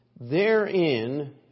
Therein